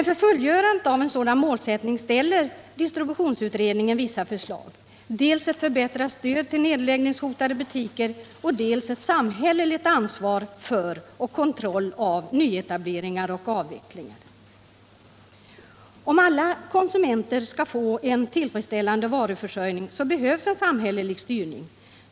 För fullgörandet av en sådan målsättning ställer distributionsutredningen vissa förslag: dels ett förbättrat stöd till nedläggningshotade butiker, dels ett samhälleligt ansvar för och kontroll av nyetableringar och avvecklingar. Om alla konsumenter skall få en tillfredsställande varuförsörjning behövs en samhällelig styrning.